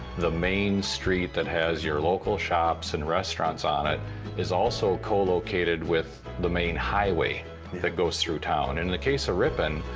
the main street that has your local shops and restaurants on it is also co located with the main highway that goes through town. and in the case of ripon,